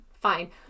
fine